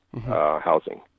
housing